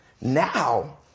Now